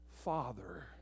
father